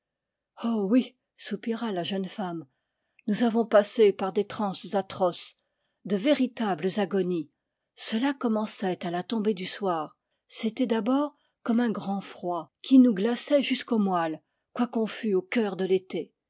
oh oui soupira la jeune femme nous avons passé par des transes atroces de véritables agonies cela commençait à la tombée du soir c'était d'abord comme un grand froid qui nous glaçait jusqu'aux moelles quoiqu'on fût au cœur de l'été